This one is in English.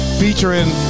featuring